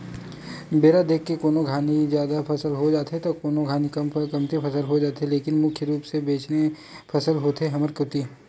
बेरा देख के कोनो घानी जादा फसल हो जाथे त कोनो घानी कमती होथे फसल ह लेकिन मुख्य रुप ले बनेच फसल होथे हमर कोती